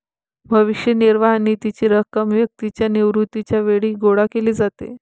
भविष्य निर्वाह निधीची रक्कम व्यक्तीच्या निवृत्तीच्या वेळी गोळा केली जाते